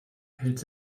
hält